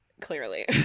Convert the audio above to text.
clearly